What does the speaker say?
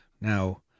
Now